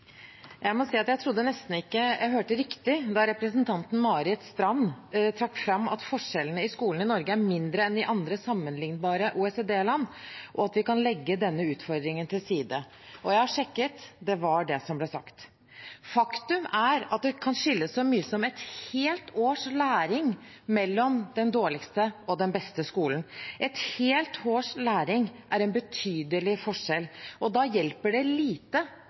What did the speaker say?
Jeg må si at jeg trodde nesten ikke jeg hørte riktig da representanten Marit Knutsdatter Strand trakk fram at forskjellene i skolen i Norge er mindre enn i andre sammenlignbare OECD-land, og at vi kan legge denne utfordringen til side. Og jeg har sjekket: Det var det som ble sagt. Faktum er at det kan skille så mye som et helt års læring mellom den dårligste og den beste skolen. Et helt års læring er en betydelig forskjell, og da hjelper det lite